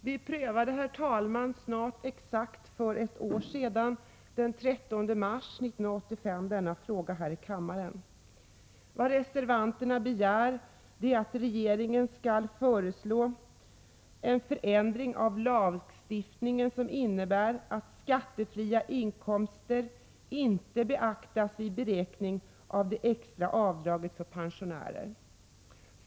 Herr talman! Vi prövade för snart ett år sedan — den 13 mars 1985 — denna fråga här i kammaren. Reservanterna begär att regeringen skall föreslå en ändring av lagen, innebärande att skattefria inkomster inte beaktas vid beräkningen av det extra avdraget för pensionärer.